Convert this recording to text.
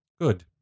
Good